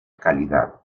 calidad